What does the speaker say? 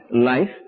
life